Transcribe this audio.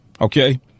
Okay